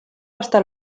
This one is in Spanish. hasta